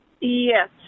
Yes